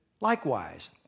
likewise